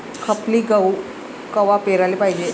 खपली गहू कवा पेराले पायजे?